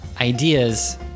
ideas